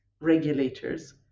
regulators